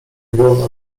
wolno